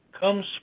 comes